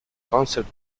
concept